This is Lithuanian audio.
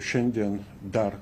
šiandien dar